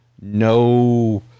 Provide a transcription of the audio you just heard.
no